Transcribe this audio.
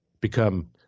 become